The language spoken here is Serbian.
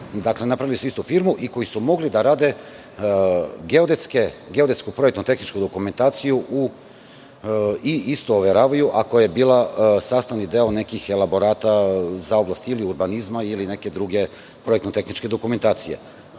koji rade u istoj firmi i koji su mogli da rade geodetsku projektno tehničku dokumentaciju i isto overavaju ako je bila sastavni deo nekih elaborata za oblasti urbanizma ili neke druge projektno tehničke dokumentacije. Na